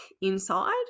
inside